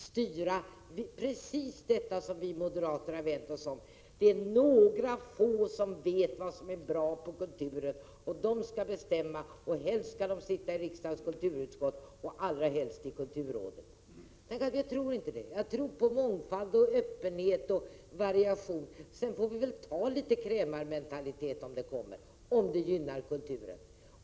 Det är precis vad vi moderater har vänt oss mot. Det är några få som vet vad som är bra på kulturens område och de skall bestämma — helst skall de sitta i riksdagens kulturutskott, och allra helst i kulturrådet. Jag tror inte på det. Jag tror på mångfald, öppenhet och variation. Sedan får vi väl ta litet krämarmentalitet om det gynnar kulturen.